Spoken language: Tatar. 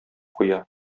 куя